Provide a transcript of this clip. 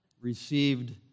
received